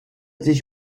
sich